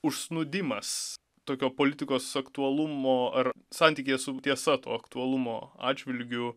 užsnūdimas tokio politikos aktualumo ar santykyje su tiesa to aktualumo atžvilgiu